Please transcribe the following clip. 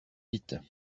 vite